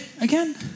again